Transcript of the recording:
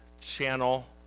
channel